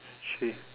chi~